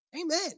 amen